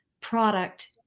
product